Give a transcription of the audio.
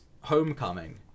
homecoming